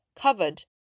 covered